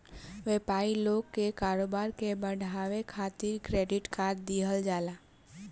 व्यापारी लोग के कारोबार के बढ़ावे खातिर क्रेडिट कार्ड दिहल जाला